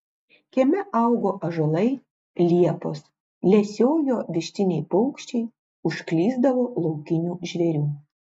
kieme augo ąžuolai liepos lesiojo vištiniai paukščiai užklysdavo laukinių žvėrių